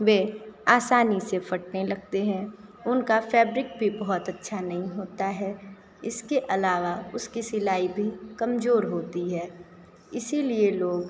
वे आसानी से फटने लगते हैं उनका फैब्रिक भी बहुत अच्छा नहीं होता है इसके अलावा उसकी सिलाई भी कमजोर होती है इसीलिए लोग